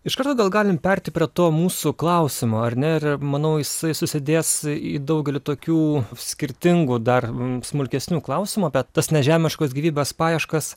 iš karto gal galime pereiti prie to mūsų klausimo ar ne ir manau jisai susidės į daugelį tokių skirtingų dar smulkesnių klausimų apie tas nežemiškos gyvybės paieškas